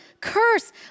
curse